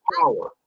power